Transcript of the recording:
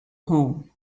home